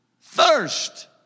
thirst